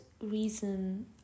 reason